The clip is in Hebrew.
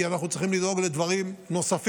כי אנחנו צריכים לדאוג לדברים נוספים.